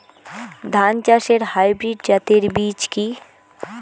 ধান চাষের হাইব্রিড জাতের বীজ কি?